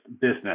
business